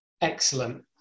Excellent